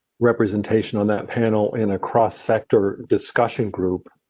representation on that panel in a cross sector discussion group.